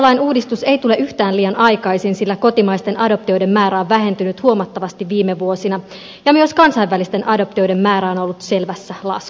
adoptiolain uudistus ei tule yhtään liian aikaisin sillä kotimaisten adoptioiden määrä on vähentynyt huomattavasti viime vuosina ja myös kansainvälisten adoptioiden määrä on ollut selvässä laskussa